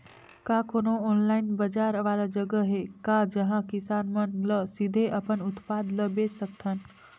का कोनो ऑनलाइन बाजार वाला जगह हे का जहां किसान मन ल सीधे अपन उत्पाद ल बेच सकथन?